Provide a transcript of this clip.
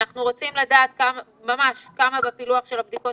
אנחנו רוצים לדעת כמה בפילוח של הבדיקות